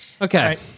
Okay